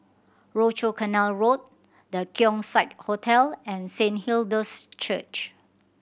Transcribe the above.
Rochor Canal Road The Keong Saik Hotel and Saint Hilda's Church